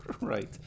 right